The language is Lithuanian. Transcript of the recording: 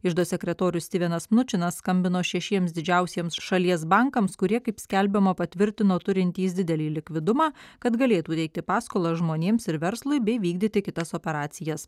iždo sekretorius stivenas nučinas skambino šešiems didžiausiems šalies bankams kurie kaip skelbiama patvirtino turintys didelį likvidumą kad galėtų teikti paskolas žmonėms ir verslui bei vykdyti kitas operacijas